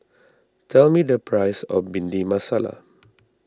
tell me the price of Bhindi Masala